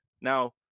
Now